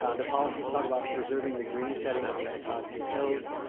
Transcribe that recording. ah the policies talk about preserving the green setting of the anacostia hills,